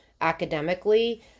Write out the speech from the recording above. academically